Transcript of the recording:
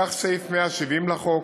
כך, סעיף 170 לחוק